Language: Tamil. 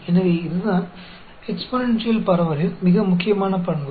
எனவே இதுதான் எக்ஸ்பொனேன்ஷியல் பரவலின் மிக முக்கியமான பண்பு